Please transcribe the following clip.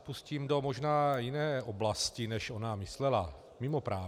Pustím se možná do jiné oblasti, než ona myslela, mimoprávní.